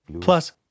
Plus